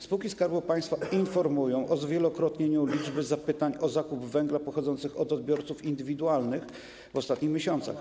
Spółki Skarbu Państwa informują o zwielokrotnieniu liczby zapytań o zakup węgla pochodzących od odbiorców indywidualnych w ostatnich miesiącach.